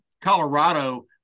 colorado